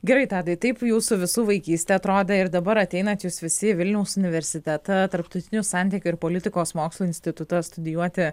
gerai tadai taip jūsų visų vaikystė atrodė ir dabar ateinat jūs visi į vilniaus universitetą tarptautinių santykių ir politikos mokslų institutą studijuoti